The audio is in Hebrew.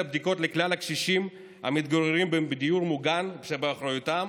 בדיקות לכלל הקשישים המתגוררים בדיור מוגן שבאחריותם.